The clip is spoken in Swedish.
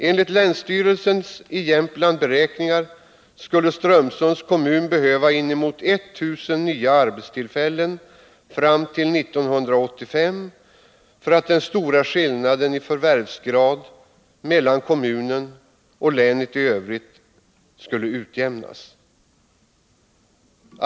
Enligt länsstyrelsens beräkningar skulle Strömsunds kommun behöva inemot 1 000 nya arbetstillfällen fram till 1985 för att den stora skillnaden i förvärvsgrad mellan kommunen och länet i övrigt skall utjämnas.